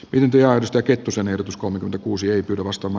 yhtiö ostaa kettusen ehdotus kommentoida kuusi ari kostamo